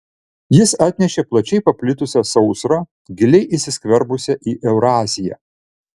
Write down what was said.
jis atnešė plačiai paplitusią sausrą giliai įsiskverbusią į euraziją